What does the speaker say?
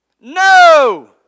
No